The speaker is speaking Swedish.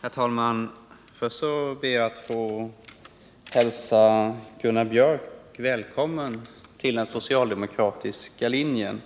Herr talman! Först ber jag att få hälsa Gunnar Björk välkommen till den socialdemokratiska linjen.